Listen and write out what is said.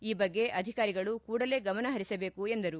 ಈ ಬಗ್ಗೆ ಅಧಿಕಾರಿಗಳು ಕೂಡಲೇ ಗಮನಹರಿಸಬೇಕು ಎಂದರು